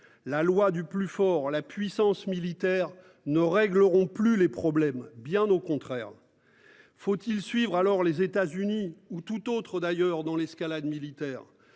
la loi du plus fort la puissance militaire ne régleront plus les problèmes, bien au contraire. Faut-il suivre alors les États-Unis ou tout autre d'ailleurs dans l'escalade militaire,